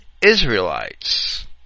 Israelites